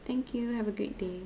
thank you have a great day